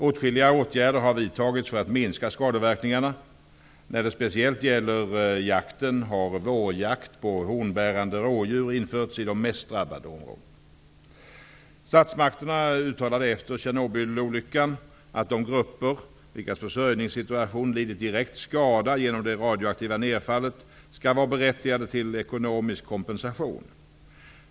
Åtskilliga åtgärder har vidtagits för att minska skadeverkningarna. När det speciellt gäller jakten har vårjakt på hornbärande rådjur införts i de mest drabbade områdena. Statsmakterna uttalade efter Tjernobylolyckan att de grupper vilkas försörjningssituation lidit direkt skada genom det radioaktiva nedfallet skall vara berättigade till ekonomisk kompensation.